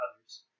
others